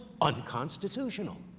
unconstitutional